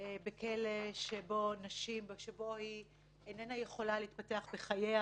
בכלא נשים שבו היא איננה יכולה להתפתח עם חייה.